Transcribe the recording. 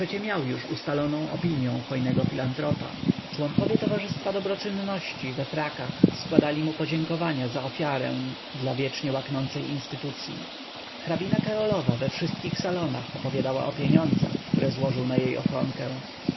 przecie miał już ustaloną opinią hojnego filantropa członkowie towarzystwa dobroczynności we frakach składali mu podziękowania za ofiarę dla wiecznie łaknącej instytucyi hrabina karolowa we wszystkich salonach opowiadała o pieniądzach które złożył na jej ochronę